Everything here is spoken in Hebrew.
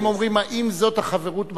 הם אומרים: האם זאת החברות בכנסת,